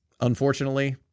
unfortunately